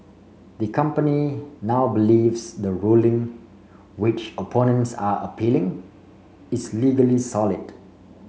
the company now believes the ruling which opponents are appealing is legally solid